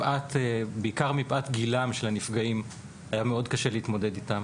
בעיקר מפאת גילם של הנפגעים היה מאוד קשה להתמודד איתם